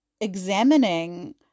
examining